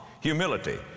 humility